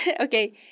Okay